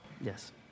Yes